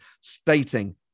stating